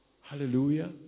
Hallelujah